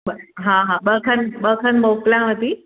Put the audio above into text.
हा हा ॿ खनि ॿ खनि मोकिलियांव थी